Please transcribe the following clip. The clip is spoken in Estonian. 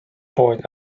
pood